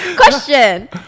question